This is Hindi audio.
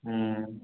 हम्म